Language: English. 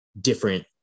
different